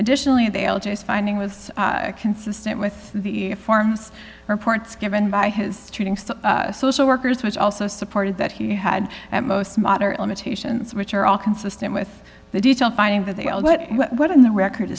additionally they all just finding was consistent with the forms reports given by his social workers which also supported that he had at most moderate limitations which are all consistent with the detail finding that they all but what in the record